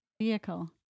vehicle